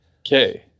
Okay